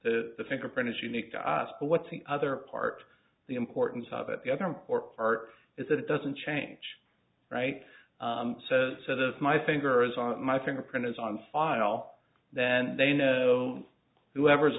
the fingerprint is unique to us but what's the other part the importance of it the other important part is that it doesn't change right says it is my fingers on my finger prints on file then they know whoever's